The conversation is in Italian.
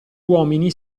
uomini